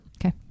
Okay